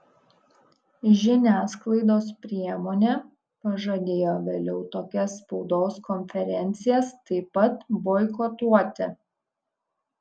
žiniasklaidos priemonė pažadėjo vėliau tokias spaudos konferencijas taip pat boikotuoti